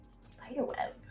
spiderweb